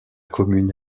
commune